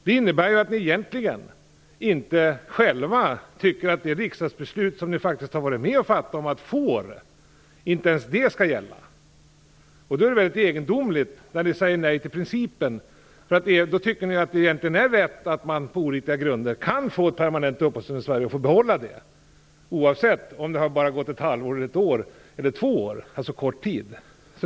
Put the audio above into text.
Det innebär ju att ni egentligen inte själva tycker att det riksdagsbeslut som ni faktiskt har varit med att fatta om att inte ens får skall gälla. Då är det mycket egendomligt när ni säger nej till principen. Då tycker ni att det egentligen är rätt att man på oriktiga grunder kan få ett permanent uppehållstillstånd i Sverige och behålla det oavsett om det bara har gått ett halvår, ett år eller två år, dvs. kort tid.